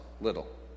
little